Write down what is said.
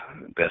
best